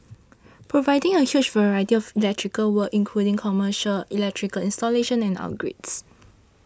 providing a huge variety of electrical work including commercial electrical installation and upgrades